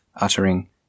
uttering